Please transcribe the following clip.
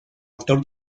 actor